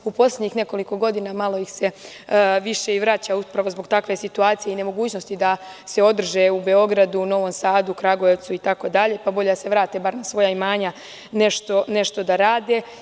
U poslednjih nekoliko godina malo ih se više vraća, upravo zbog takve situacije i nemogućnosti da se održe u Beogradu, Novom Sadu, Kragujevcu itd, pa bolje da se vrate na svoja imanja nešto da rade.